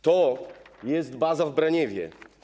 To jest baza w Braniewie.